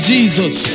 Jesus